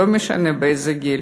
לא משנה באיזה גיל,